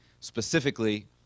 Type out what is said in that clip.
specifically